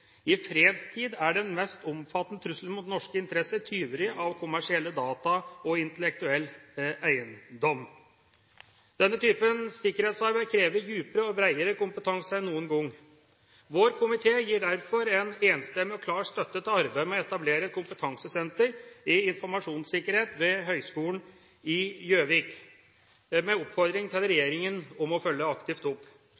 fredstid er den mest omfattende trusselen mot norske interesser tyveri av kommersielle data og intellektuell eiendom.» Denne type sikkerhetsarbeid krever dypere og bredere kompetanse enn noen gang. Vår komité gir derfor en enstemmig og klar støtte til arbeidet med å etablere et kompetansesenter for informasjonssikkerhet ved Høgskolen i Gjøvik, med oppfordring til